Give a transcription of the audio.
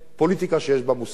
פוליטיקה שיש בה מוסר.